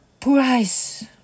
price